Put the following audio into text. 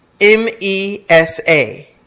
M-E-S-A